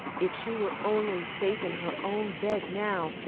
if she were only safe in her own bed now,